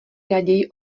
raději